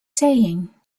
saying